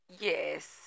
Yes